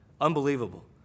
Unbelievable